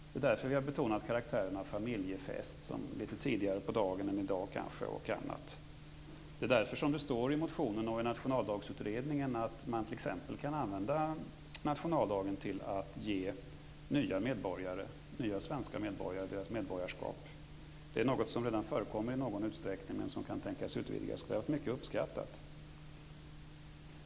Det är därför som vi har betonat karaktären av familjefest litet tidigare på dagen och annat. Det är därför som det står i motionen och i Nationaldagsutredningen att man kan använda nationaldagen till att ge nya svenska medborgare deras medborgarskap. Det förekommer redan i någon utsträckning, men som kan tänkas utvidgas eftersom det har varit mycket uppskattat.